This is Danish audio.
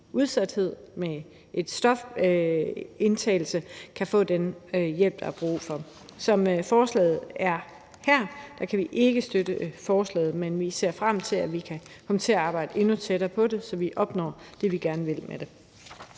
mennesker med et stofmisbrug kan få den hjælp, der er brug for. Som forslaget ligger her, kan vi ikke støtte det. Men vi ser frem til, at vi kan arbejde os endnu tættere på det, så vi opnår det, vi gerne vil. Kl.